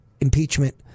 impeachment